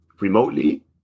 remotely